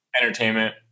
entertainment